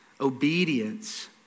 Obedience